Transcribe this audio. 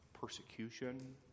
persecution